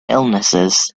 illnesses